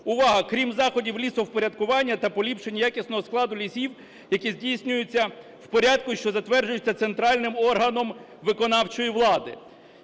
увага, крім заходів лісовпорядкування та поліпшення якісного складу лісів, які здійснюються в порядку, що затверджуються центральним органом виконавчої влади.